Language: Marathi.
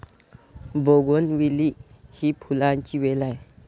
बोगनविले ही फुलांची वेल आहे